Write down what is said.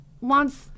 wants